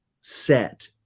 set